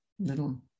little